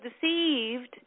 deceived